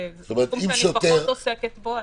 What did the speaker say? זה תחום שאני פחות עוסקת בו,